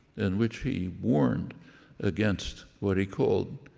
in which he warned against what he called